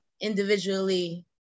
individually